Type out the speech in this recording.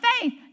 faith